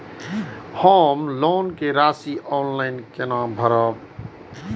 हम लोन के राशि ऑनलाइन केना भरब?